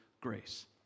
Grace